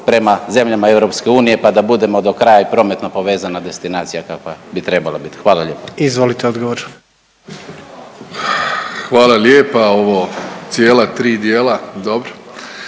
prema zemljama EU pa da budemo dokraja i prometno povezana destinacija kakva bi trebala biti. Hvala lijepa. **Jandroković, Gordan (HDZ)** Izvolite odgovor.